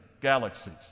galaxies